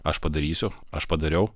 aš padarysiu aš padariau